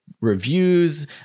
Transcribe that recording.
reviews